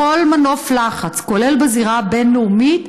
כל מנוף לחץ, כולל בזירה הבין-לאומית,